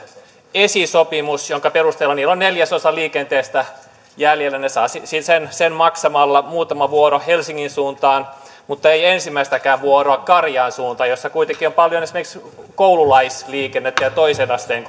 esisopimus jonka perustella heillä on neljäsosa liikenteestä jäljellä he saavat sen maksamalla muutaman vuoron helsingin suuntaan mutta eivät ensimmäistäkään vuoroa karjaan suuntaan jossa kuitenkin on paljon esimerkiksi koululaisliikennettä ja toisen asteen